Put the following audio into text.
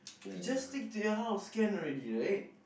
you just stick to your house can already right